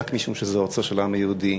רק משום שזו ארצו של העם היהודי.